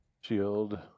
Shield